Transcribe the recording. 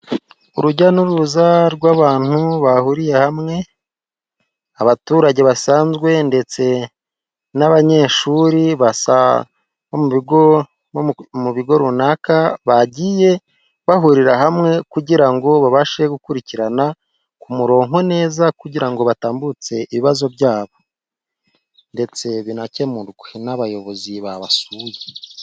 Urujya n'uruza rw'abantu bahuriye hamwe abaturage basanzwe ndetse n'abanyeshuri basa bo mu bigo runaka, bagiye bahurira hamwe kugira ngo babashe gukurikirana ku muronko neza ,kugira ngo batambutse ibibazo byabo ndetse binakemurwe n'abayobozi babasuye.